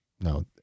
No